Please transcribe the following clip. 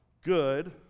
Good